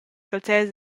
calzers